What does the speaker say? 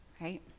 right